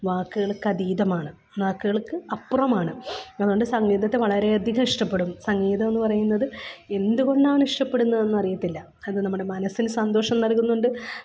വാക്കുകൾക്കതീതമാണ് വാക്കുകൾക്ക് അപ്പുറമാണ് അതുകൊണ്ട് സംഗീതത്തെ വളരെയധികം ഇഷ്ടപ്പെടും സംഗീതമെന്ന് പറയുന്നത് എന്ത് കൊണ്ടാണ് ഇഷ്ടപ്പെടുന്നതെന്നറിയത്തില്ല അത് നമ്മുടെ മനസ്സിന് സന്തോഷം നൽകുന്നുണ്ട്